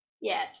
Yes